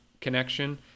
connection